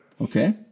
Okay